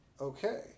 okay